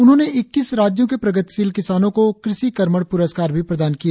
उन्होंने ईक्कीस राज्यों के प्रगतिशील किसानों को कृषि कर्मण प्रस्कार भी प्रदान किए